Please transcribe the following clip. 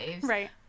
Right